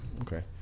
Okay